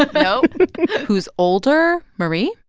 no who's older, marie?